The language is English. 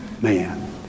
man